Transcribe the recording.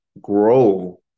grow